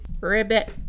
ribbit